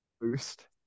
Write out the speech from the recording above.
boost